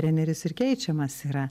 treneris ir keičiamas yra